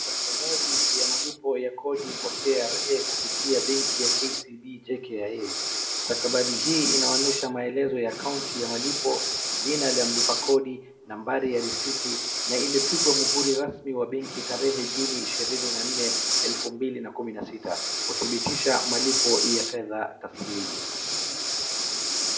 Stakabadhi ya malipo ya kodi ya KRA kupitia benki la KCB ,JKIA stakabadhii hii inaonyesha maelezo ya kaunti ya malipo jina la mlipa kodi ,nambari ya risiti na imepigwa mhuri rasmi wa benki tarehe juni ishirini na nne elfu mbili na kumi na sita kudhibitisha malipo ya fedha taslimu.